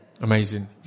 Amazing